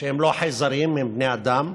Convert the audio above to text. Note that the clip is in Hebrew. שהם לא חייזרים, הם בני אדם.